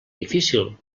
difícil